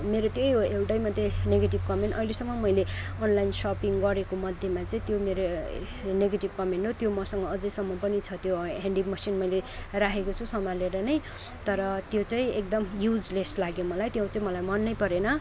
मेरो त्यही हो एउटै मात्र नेगेटिभ कमेन्ट अहिलेसम्म मैले अनलाइन सपिङ गरेकोमध्येमा चाहिँ त्यो मेरो नेगेटिभ कमेन्ट हो त्यो मसँग अझैसम्म पनि छ त्यो ह्यान्डी मसिन राखेको छु सम्हालेर नै तर त्यो चाहिँ एकदम युजलेस लाग्यो मलाई त्यो चाहिँ मलाई मनै परेन